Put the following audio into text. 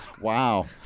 Wow